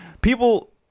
People